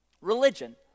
Religion